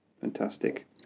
Fantastic